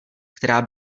která